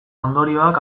ondorioak